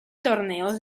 torneos